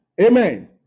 Amen